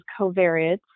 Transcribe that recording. covariates